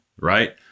right